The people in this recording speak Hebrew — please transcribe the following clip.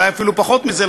או אולי אפילו פחות מזה,